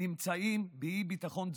נמצאים באי-ביטחון תזונתי,